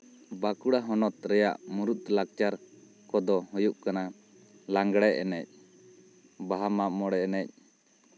ᱵᱟᱸᱠᱩᱲᱟ ᱦᱚᱱᱚᱛ ᱨᱮᱭᱟᱜ ᱢᱩᱲᱩᱫ ᱞᱟᱠᱪᱟᱨ ᱠᱚᱫᱚ ᱦᱩᱭᱩᱜ ᱠᱟᱱᱟ ᱞᱟᱜᱽᱲᱮ ᱮᱱᱮᱡ ᱵᱟᱦᱟ ᱢᱟᱜ ᱢᱚᱬᱮ ᱮᱱᱮᱡ